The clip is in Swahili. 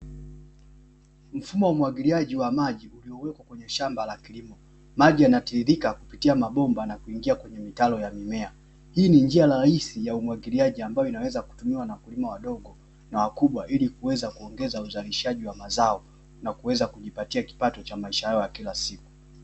Mfumo w umwagiliaji wa maji uliowekwa kwenye shamba la kilimo, maji yanatiririka kupitia mabomba na kuingia kwenye mitaro ya mimea. Hii ni njia rahisi ya umwagiliaji ambayo inaweza kutumiwa na wakulima wadogo na wakubwa, ili kuweza kuongeza uzalishaji wa mazao na kuweza kujipatia kipato cha maisha yao ya kila siku.